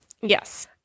Yes